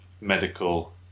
medical